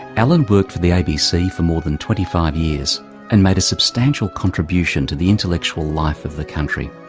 alan worked for the abc for more than twenty five years and made a substantial contribution to the intellectual life of the country.